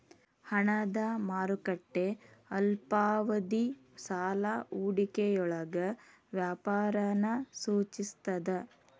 ಹಣದ ಮಾರುಕಟ್ಟೆ ಅಲ್ಪಾವಧಿ ಸಾಲ ಹೂಡಿಕೆಯೊಳಗ ವ್ಯಾಪಾರನ ಸೂಚಿಸ್ತದ